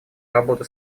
работы